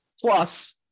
Plus